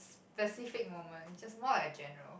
specific moment just more a general